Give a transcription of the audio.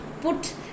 put